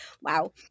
wow